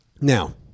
Now